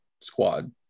squad